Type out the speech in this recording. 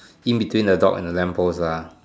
in between the dog and the lamp post lah